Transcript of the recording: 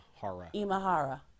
Imahara